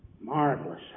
Marvelous